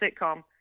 sitcom